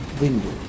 window